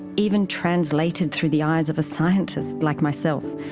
even translated through the eyes of a scientist, like myself,